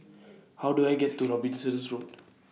How Do I get to Robinson Road